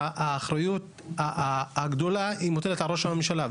כשאחריות הגדולה מוטלת על ראש הממשלה.